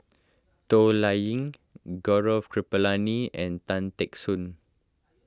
Toh Liying Gaurav Kripalani and Tan Teck Soon